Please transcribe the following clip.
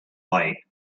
light